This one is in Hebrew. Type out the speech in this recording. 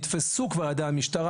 נתפסו כבר על ידי המשטרה.